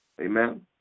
Amen